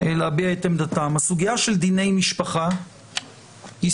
להביע את עמדתם, הסוגיה של דיני משפחה היא